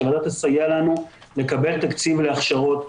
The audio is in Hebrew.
שהוועדה תסייע לנו לקבל תקציב להכשרות.